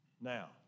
Now